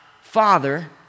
Father